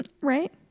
right